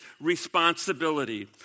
responsibility